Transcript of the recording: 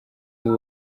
ubu